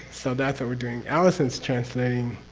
so, that's what we're doing. allison's translating